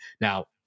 Now